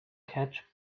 catch